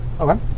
Okay